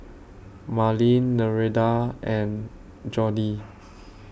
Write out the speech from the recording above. Marlyn Nereida and Joni